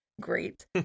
Great